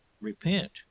repent